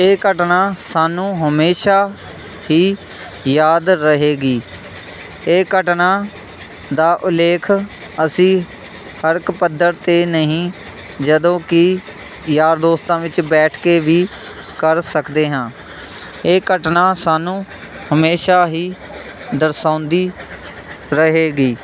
ਇਹ ਘਟਨਾ ਸਾਨੂੰ ਹਮੇਸ਼ਾ ਹੀ ਯਾਦ ਰਹੇਗੀ ਇਹ ਘਟਨਾ ਦਾ ਉਲੇਖ ਅਸੀਂ ਹਰ ਇੱਕ ਪੱਧਰ 'ਤੇ ਨਹੀਂ ਜਦੋਂ ਕਿ ਯਾਰ ਦੋਸਤਾਂ ਵਿੱਚ ਬੈਠ ਕੇ ਵੀ ਕਰ ਸਕਦੇ ਹਾਂ ਇਹ ਘਟਨਾ ਸਾਨੂੰ ਹਮੇਸ਼ਾ ਹੀ ਦਰਸਾਉਂਦੀ ਰਹੇਗੀ